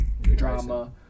Drama